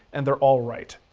and they're all right.